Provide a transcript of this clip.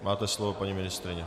Máte slovo, paní ministryně.